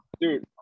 dude